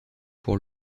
pour